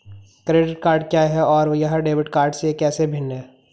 Credit card क्या है और यह डेबिट कार्ड से कैसे भिन्न है?